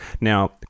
Now